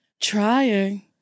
Trying